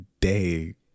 day